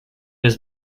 his